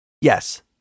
Yes